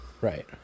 Right